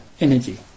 energy